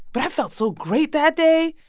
but i felt so great that day.